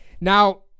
Now